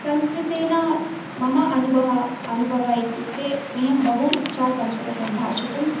संस्कृतेन मम अनुभः अनुभव इत्युक्ते मह्यं बहु इच्छा संस्कृतं सम्भाषितुम्